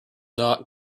not